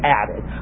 added